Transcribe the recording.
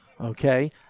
Okay